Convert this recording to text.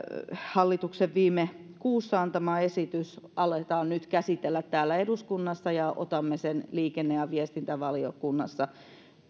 hallituksen viime kuussa antamaa esitystä aletaan nyt käsitellä täällä eduskunnassa ja otamme sen liikenne ja viestintävaliokunnassa